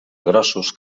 grossos